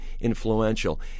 influential